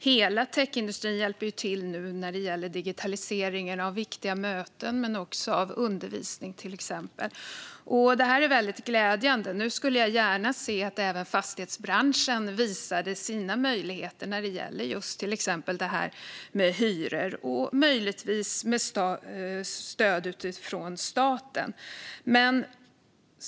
Hela techindustrin hjälper nu till när det gäller digitaliseringen av viktiga möten men också av till exempel undervisning. Det är väldigt glädjande. Nu skulle jag gärna se att även fastighetsbranschen visade sina möjligheter när det gäller till exempel hyror, möjligtvis med stöd från staten. Fru talman!